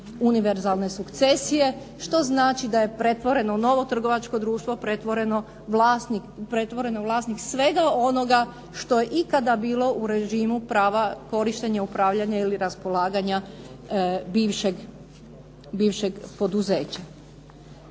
univerzalne sukcesije, što znači da je pretvoreno u novo trgovačko društvo, pretvoreno vlasnik svega onoga što je ikada bilo u režimu prava korištenja, upravljanja ili raspolaganja bivšeg poduzeća.